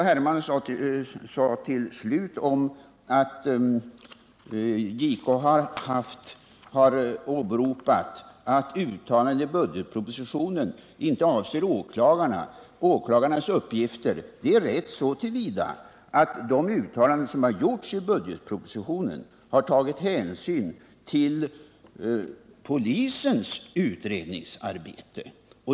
Hermansson sade avslutningsvis att JK har åberopat att uttalandet i budgetpropositionen inte avser åklagarnas uppgifter. Det är rätt så till vida att man i uttalanden i budgetpropositionen har tagit hänsyn till polisens utredningsarbete.